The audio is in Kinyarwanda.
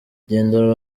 genda